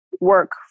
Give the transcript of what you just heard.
work